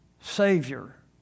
Savior